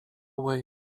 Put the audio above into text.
away